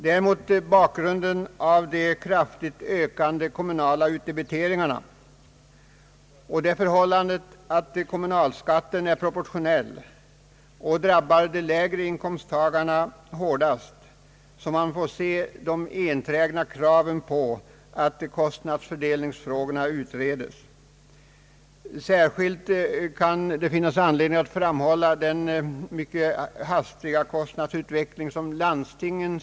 Det är mot bakgrunden av de kraftigt ökande kommunala utdebiteringarna och det förhållandet att kommunalskatten är proportionell och drabbar de lägre inkomsttagarna hårdast som man får se det enträgna kravet på att kostnadsfördelningsfrågorna utreds. Särskilt kan det finnas anledning att framhålla den mycket hastiga kostnadsutvecklingen inom landstingen.